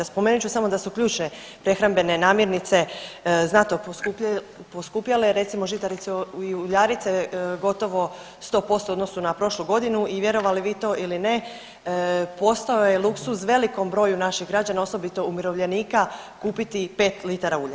Spomenut ću samo da su ključne prehrambene namirnice znatno poskupjele, recimo žitarice i uljarice gotovo 100% u odnosu na prošlu godinu i vjerovali vi to ili ne postao je luksuz velikom broju naših građana osobito umirovljenika kupiti 5 litara ulja.